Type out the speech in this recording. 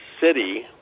city